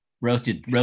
roasted